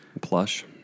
Plush